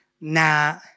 nah